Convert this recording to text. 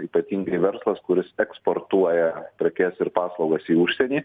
ypatingai verslas kuris eksportuoja prekes ir paslaugas į užsienį